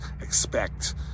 Expect